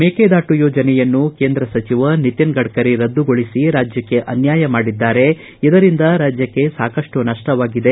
ಮೇಕೆದಾಟು ಯೋಜನೆಯನ್ನು ಕೇಂದ್ರ ಸಚಿವ ನಿತಿನ್ ಗಡ್ಡರಿ ರದ್ದುಗೊಳಿಸಿ ರಾಜ್ಯಕ್ಷಿ ಅನ್ಯಾಯ ಮಾಡಿದ್ದಾರೆ ಇದರಿಂದ ರಾಜ್ಯಕ್ಷ ಸಾಕಷ್ಟು ನಪ್ಪವಾಗಿದೆ